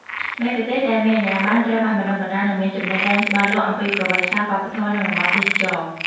មគ្គុទ្ទេសក៍ដែលមានអាជ្ញាប័ណ្ណត្រូវបានបណ្តុះបណ្តាល និងមានចំណេះដឹងច្បាស់លាស់អំពីប្រវត្តិសាស្ត្រ វប្បធម៌ និងតំបន់ទេសចរណ៍។